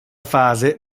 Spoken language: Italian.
fase